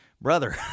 brother